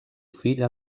fill